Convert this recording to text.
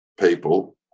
people